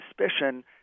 suspicion